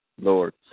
Lord